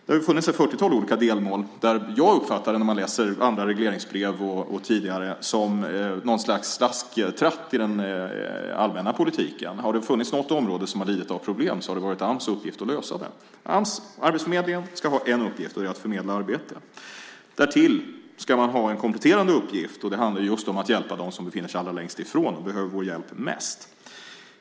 Det har ju funnits ett fyrtiotal olika delmål. När jag har läst regleringsbrev och annat har jag uppfattat det som något slags slasktratt i den allmänna politiken. Har det funnits något område som har lidit av problem har det varit Ams uppgift att lösa det. Ams och arbetsförmedlingen ska ha en uppgift, och det är att förmedla arbete. Därtill ska man ha en kompletterande uppgift, och det handlar just om att hjälpa dem som befinner allra längst ifrån och behöver vår hjälp mest.